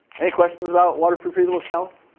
any questions about waterproof breathable shells,